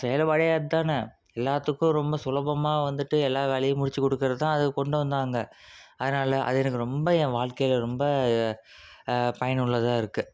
செயல்பாடே அது தான் எல்லாத்துக்கும் ரொம்ப சுலபமாக வந்துட்டு எல்லா வேலையும் முடித்து கொடுக்கறது தான் அதை கொண்டுவந்தாங்க அதனால் அது எனக்கு ரொம்ப என் வாழ்க்கையில் ரொம்ப பயனுள்ளதாக இருக்குது